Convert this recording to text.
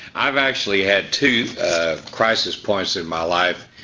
i've actually had two crisis points in my life.